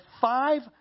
five